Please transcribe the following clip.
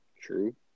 True